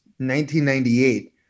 1998